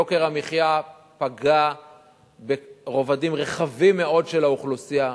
יוקר המחיה פגע ברבדים רחבים מאוד של האוכלוסייה,